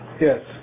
Yes